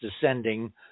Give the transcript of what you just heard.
descending